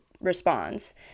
responds